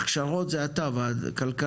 הכשרות זה אתה לא?